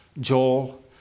Joel